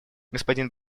господин